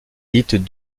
dites